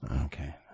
okay